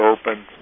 open